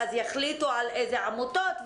ואז יחליטו על איזה עמותות.